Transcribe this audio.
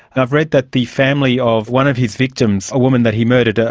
i've read that the family of one of his victims, a woman that he murdered, ah